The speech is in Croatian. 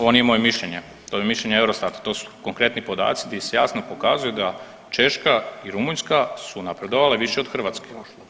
Ovo nije moje mišljenje, to je mišljenje eurostata, to su konkretni podaci di se jasno pokazuje da Češka i Rumunjska su napredovale više od Hrvatske.